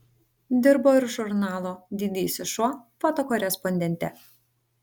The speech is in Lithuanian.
dirbo ir žurnalo didysis šuo fotokorespondente